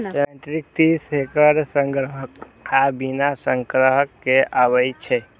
यांत्रिक tree shaker संग्राहक आ बिना संग्राहक के आबै छै